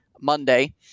Monday